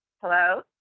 Hello